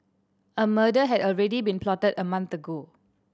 a murder had already been plotted a month ago